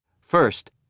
First